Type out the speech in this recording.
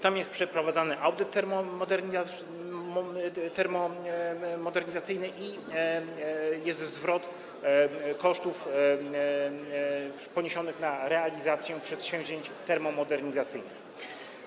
Tam jest przeprowadzany audyt termomodernizacyjny i jest zwrot kosztów poniesionych na realizację przedsięwzięć termomodernizacyjnych.